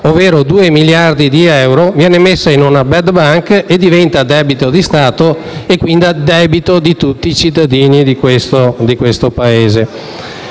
ovvero circa 2 miliardi di euro, viene messo in una *bad bank* e diventa debito di Stato, quindi a carico di tutti i cittadini di questo Paese.